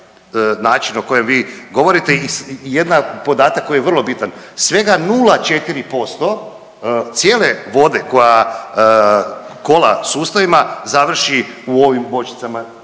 način o kojem vi govorite i jedna podatak koji je vrlo bitan, svega 0,4% cijele vode koja kola sustavima završi u ovim bočicama,